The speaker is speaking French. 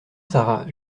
sara